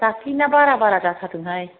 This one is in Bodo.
दाख्लिना बारा बारा जाथारदोंहाय